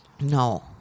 no